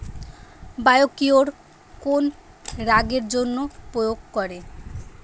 Biocure কোন রোগেরজন্য প্রয়োগ করে?